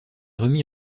remis